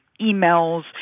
emails